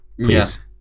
Please